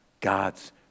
God's